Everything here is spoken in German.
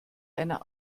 einer